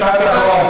משפט אחרון.